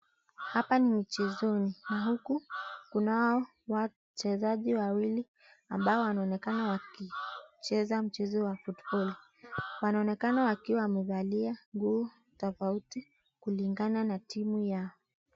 Hapa ni mchezoni na huku kunao wachezaji wawili ambao wanaonekana wakicheza mchezo wa football . Wanaonekana wakiwa wamevalia nguo tofauti kulingana na timu yao .